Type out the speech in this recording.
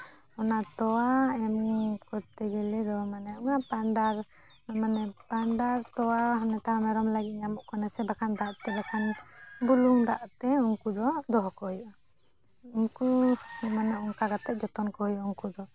ᱚᱱᱟ ᱛᱳᱣᱟ ᱮᱢ ᱠᱚᱨᱛᱮ ᱜᱮᱞᱮ ᱩᱱᱟᱹᱜ ᱯᱟᱱᱰᱟᱨ ᱢᱟᱱᱮ ᱯᱟᱱᱰᱟᱨ ᱛᱳᱣᱟ ᱦᱚᱸ ᱱᱮᱛᱟᱨ ᱢᱮᱨᱚᱢ ᱞᱟᱹᱜᱤᱫ ᱧᱟᱢᱚᱜ ᱠᱟᱱᱟ ᱥᱮ ᱵᱟᱠᱷᱟᱱ ᱵᱩᱞᱩᱝ ᱫᱟᱜ ᱛᱮ ᱩᱱᱠᱩ ᱫᱚ ᱫᱚᱦᱚ ᱠᱚ ᱦᱩᱭᱩᱜᱼᱟ ᱩᱱᱠᱩ ᱢᱟᱱᱮ ᱚᱱᱠᱟ ᱠᱟᱛᱮ ᱡᱚᱛᱚᱱ ᱠᱚ ᱦᱩᱭᱩᱜᱼᱟ ᱩᱱᱠᱩ ᱫᱚ